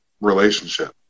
relationship